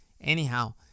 Anyhow